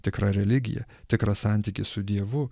tikra religija tikras santykis su dievu